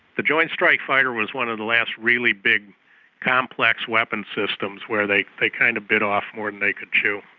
the joint strike fighter was one of the last really big complex weapons systems where they they kind of bit off more and they could chew.